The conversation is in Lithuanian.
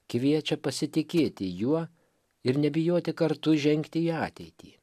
kviečia pasitikėti juo ir nebijoti kartu žengti į ateitį